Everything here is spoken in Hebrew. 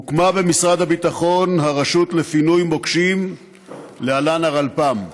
הוקמה במשרד הביטחון הרשות לפינוי מוקשים, הרלפ"מ.